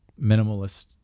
minimalist